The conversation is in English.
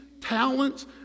talents